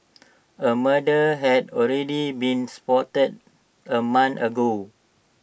A murder had already been spotted A month ago